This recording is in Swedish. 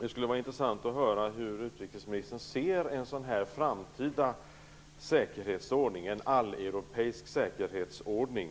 Det skulle vara intressant att höra hur utrikesministern ser en sådan framtida alleuropeisk säkerhetsordning.